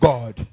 God